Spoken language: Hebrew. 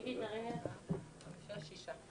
שישה.